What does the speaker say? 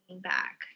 back